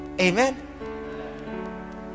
Amen